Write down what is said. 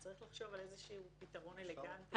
צריך לחשוב על איזשהו פתרון אלגנטי.